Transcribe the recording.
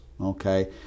okay